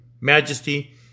majesty